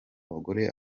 bagore